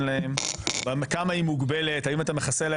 לממן מאות אלפי שקלים ללא יכולת להיעזר